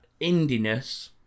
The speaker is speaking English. indiness